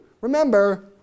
Remember